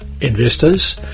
investors